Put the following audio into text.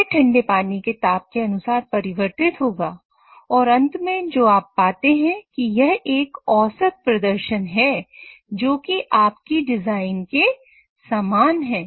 यह ठंडे पानी के ताप के अनुसार परिवर्तित होगा और अंत में जो आप पाते हैं वह एक औसत प्रदर्शन है जो कि आप की डिजाइन के समान है